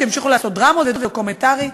שימשיכו לעשות דרמות ודוקומנטרי.